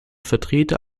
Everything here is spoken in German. vertreter